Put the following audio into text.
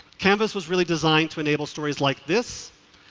canvass was really designed to enable stories like this,